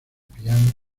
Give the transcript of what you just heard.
piano